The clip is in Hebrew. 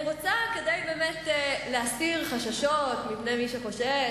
כדי להסיר חששות מפני מי שחושש,